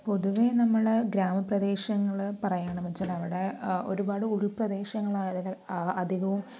പൊതുവേ നമ്മള് ഗ്രാമപ്രദേശങ്ങള് പറയണം വെച്ചാൽ അവിടെ ഒരുപാട് ഉൾപ്രദേശങ്ങളായതിനാൽ അധികവും